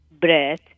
breath